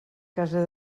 casa